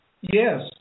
Yes